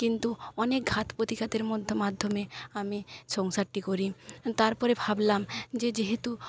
কিন্তু অনেক ঘাত প্রতিঘাতের মাধ্যমে আমি সংসারটি করি তারপরে ভাবলাম যে যেহেতু